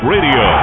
Radio